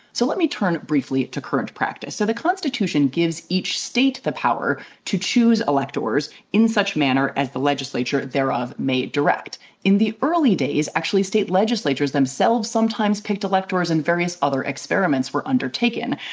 so let me turn briefly to current practice. so the constitution gives each state the power to choose electors in such manner as the legislature thereof may direct in the early days, actually, state legislatures themselves sometimes picked electors and various other experiments were undertaken,